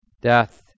death